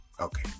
Okay